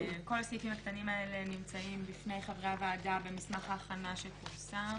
כל הסעיפים הקטנים האלה נמצאים בפני חברי הוועדה במסמך ההכנה שפורסם.